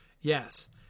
Yes